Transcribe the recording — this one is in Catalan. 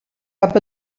cap